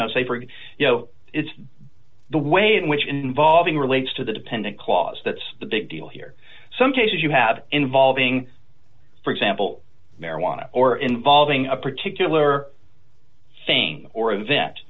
know say for you know it's the way in which involving relates to the dependent clause that's the big deal here some cases you have involving for example marijuana or involving a particular